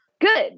good